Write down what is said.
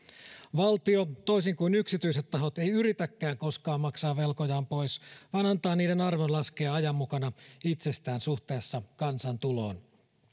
valtio toisin kuin yksityiset tahot ei yritäkään koskaan maksaa velkojaan pois vaan antaa niiden arvon laskea ajan mukana itsestään suhteessa kansantuloon